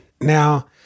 Now